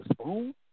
spoon